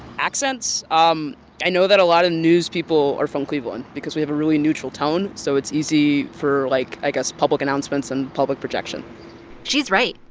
accents? um i know that a lot of news people are from cleveland because we have a really neutral tone. so it's easy for, like, i guess, public announcements and public projection she's right.